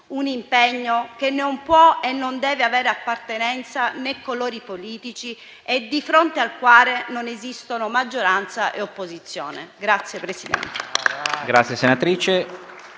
un impegno che non può e non deve avere appartenenza, né colori politici e di fronte al quale non esistono maggioranza e opposizione.